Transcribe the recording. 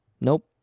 Nope